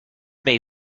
may